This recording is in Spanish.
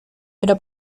pero